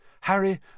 Harry